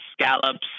scallops